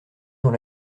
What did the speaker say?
dans